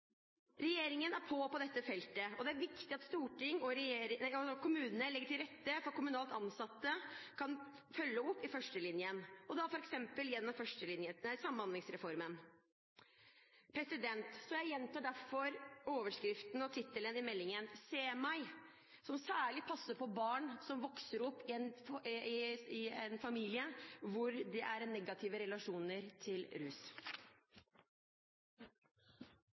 Regjeringen er på på dette feltet, og det er viktig at storting og kommunene legger til rette for at kommunalt ansatte kan følge opp i førstelinjen, og da f.eks. gjennom Samhandlingsreformen. Jeg gjentar derfor overskriften og tittelen i meldingen, «Se meg!», som særlig passer på barn som vokser opp i en familie hvor det er negative relasjoner til rus.